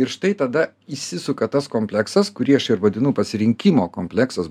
ir štai tada įsisuka tas kompleksas kurį aš ir vadinu pasirinkimo kompleksas